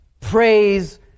Praise